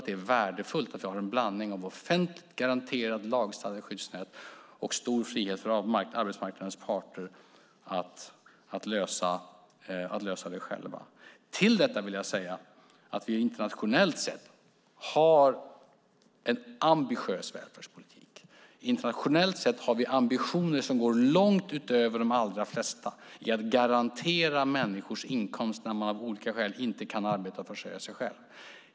Det är värdefullt att vi har en blandning av ett offentligt garanterat lagstadgat skyddsnät och stor frihet för arbetsmarknadens parter att lösa frågorna själva. Till detta vill jag säga att vi internationellt sett har en ambitiös välfärdspolitik. Internationellt sett har vi ambitioner som går långt utöver de allra flesta i att garantera människors inkomst när de av olika skäl inte kan arbeta och försörja sig själva.